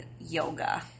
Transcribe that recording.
yoga